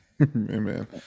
Amen